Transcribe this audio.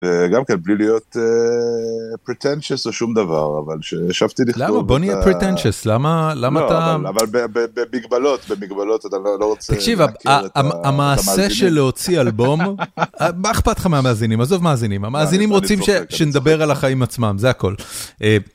וגם כן בלי להיות pretentious או שום דבר אבל כשישבתי לכתוב. למה? בוא נהיה pretentious למה אתה. אבל במגבלות, במגבלות אתה לא רוצה להכיר את המאזינים. המעשה של להוציא אלבום, מה אכפת לך מהמאזינים, עזוב מאזינים, המאזינים רוצים שנדבר על החיים עצמם זה הכל.